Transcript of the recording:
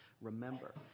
Remember